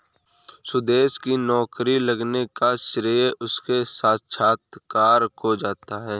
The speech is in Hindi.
सुदेश की नौकरी लगने का श्रेय उसके साक्षात्कार को जाता है